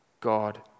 God